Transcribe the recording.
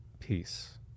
peace